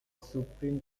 supreme